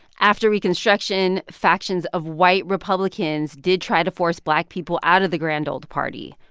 after reconstruction, factions of white republicans did try to force black people out of the grand old party.